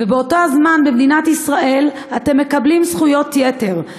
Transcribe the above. ובאותו הזמן במדינת ישראל אתם מקבלים זכויות יתר,